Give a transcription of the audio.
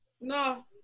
No